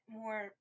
more